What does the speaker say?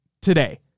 today